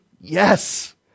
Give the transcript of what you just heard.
Yes